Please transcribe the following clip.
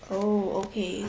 oh okay